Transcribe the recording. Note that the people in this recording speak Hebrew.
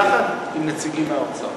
יחד עם נציגים מהאוצר.